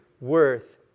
worth